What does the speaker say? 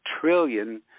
trillion